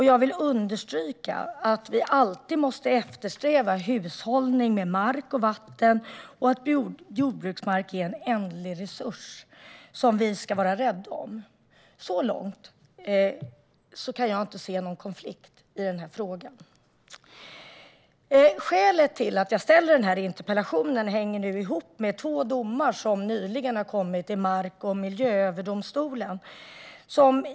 Jag vill understryka att vi alltid måste eftersträva hushållning med mark och vatten och att jordbruksmark är en ändlig resurs som vi ska vara rädda om. Så långt kan jag inte se någon konflikt i den här frågan. Skälet till att jag ställer interpellationen hänger ihop med två domar som nyligen har meddelats av Mark och miljööverdomstolen.